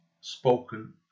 Spoken